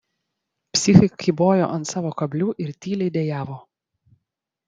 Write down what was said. psichai kybojo ant savo kablių ir tyliai dejavo